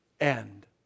end